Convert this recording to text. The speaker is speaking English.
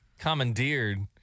commandeered